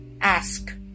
ask